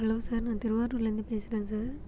hello sir நான் திருவாரூரிலிருந்து பேசுகிறேன் சார்